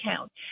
count